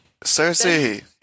Cersei